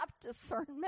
discernment